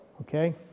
Okay